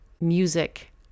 music